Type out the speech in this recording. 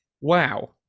wow